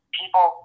people